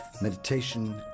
meditation